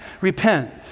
repent